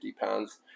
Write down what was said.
pounds